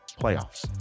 Playoffs